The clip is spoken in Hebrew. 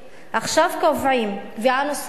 עכשיו קובעים קביעה נוספת: